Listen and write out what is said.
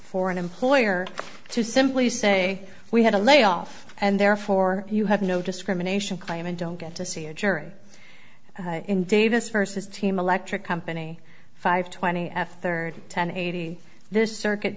for an employer to simply say we had a layoff and therefore you have no discrimination claim and don't get to see a jury in davis versus team electric company five twenty f third ten eighty this circuit